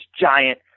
giant